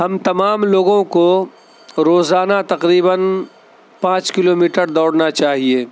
ہم تمام لوگوں کو روزانہ تقریباً پانچ کلومیٹر دوڑنا چاہیے